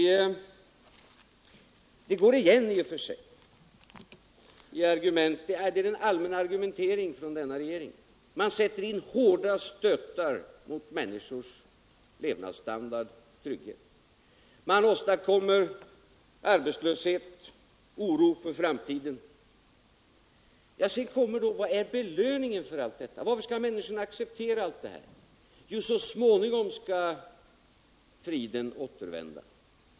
Det här går i och för sig igenom i den allmänna argumenteringen från denna regering. Man sätter in hårda stötar mot människornas levnadsstandard och trygghet. Man åstadkommer arbetslöshet och oro för framtiden. Sedan kommer frågan: Vilken är belöningen? Varför skall människor acceptera allt detta? Jo, så småningom skall friden återvända.